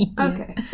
Okay